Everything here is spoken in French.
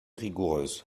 rigoureuse